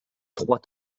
trois